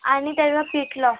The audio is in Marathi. आणि त्याला पीठ लाव